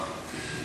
ההצעה